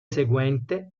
seguente